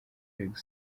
reggae